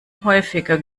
häufiger